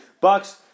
Bucks